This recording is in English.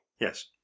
Yes